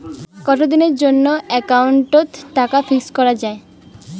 কতদিনের জন্যে একাউন্ট ওত টাকা ফিক্সড করা যায়?